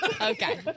Okay